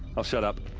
i'll shut up.